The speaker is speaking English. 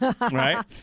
right